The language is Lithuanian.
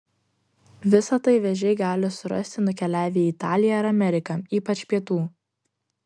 visa tai vėžiai gali surasti nukeliavę į italiją ar ameriką ypač pietų